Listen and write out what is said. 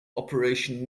operation